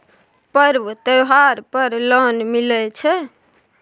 पर्व त्योहार पर लोन मिले छै?